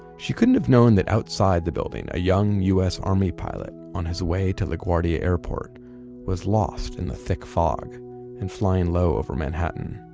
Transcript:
she couldn't have known that outside the building, a young us army pilot on his way to laguardia airport was lost in the thick fog and flying low over manhattan.